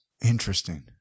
Interesting